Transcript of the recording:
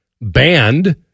banned